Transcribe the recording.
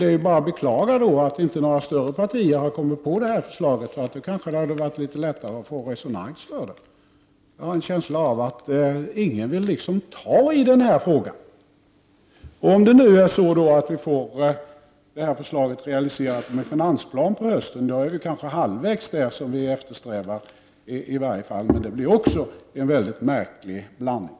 Det är då bara att beklaga att inte några större partier har biträtt förslaget, eftersom det då kanske hade varit litet lättare att få resonans för det. Jag har en känsla av att ingen liksom vill ta i den här frågan. Om vi nu får förslaget med en finansplan på hösten realiserat, är vi kanske i varje fall halvvägs mot det som vi eftersträvar. Men det blir också en väldigt märklig blandning.